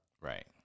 right